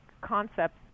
concepts